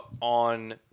on